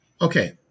Okay